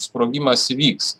sprogimas įvyks